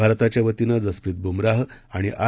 भारताच्यावतीनंजसप्रितबुमराहआणिआर